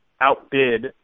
outbid